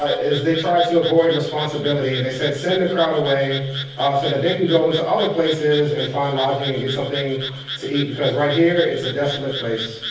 ah is they tried to avoid responsibility. they said send the crowd away so that they can go and to other places and find lodging and get something to eat, because right here it's a desolate place.